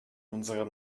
unserer